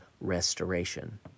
restoration